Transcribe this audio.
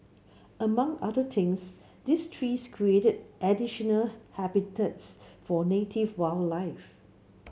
among other things these trees create additional habitats for native wildlife